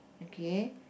okay